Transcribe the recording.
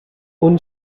اون